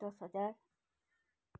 दस हजार